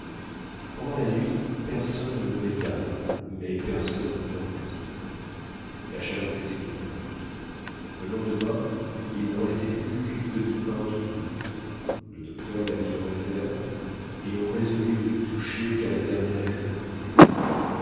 pendant la nuit personne ne veilla mais personne ne dormit la chaleur fut étouffante le lendemain il ne restait plus qu'une demi-pinte d'eau le docteur la mit en réserve et on résolut de ny toucher qu'à la dernière extrémité